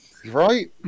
Right